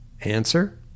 Answer